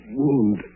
wound